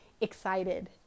excited